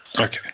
Okay